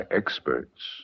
experts